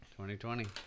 2020